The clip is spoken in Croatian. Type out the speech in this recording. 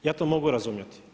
Ja to mogu razumjeti.